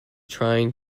trying